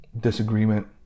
Disagreement